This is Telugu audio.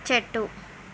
చెట్టు